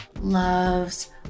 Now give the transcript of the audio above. loves